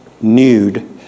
nude